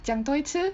讲多一次